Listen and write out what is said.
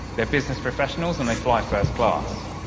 they're business professionals, and they fly first class.